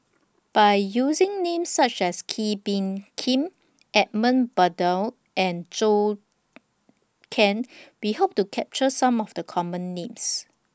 By using Names such as Kee Bee Khim Edmund Blundell and Zhou Can We Hope to capture Some of The Common Names